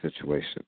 situation